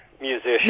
musician